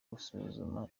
gusuzuma